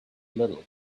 little